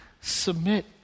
submit